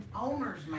owner's